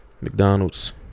McDonald's